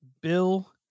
Bill